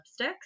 lipsticks